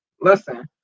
Listen